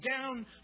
down